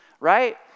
right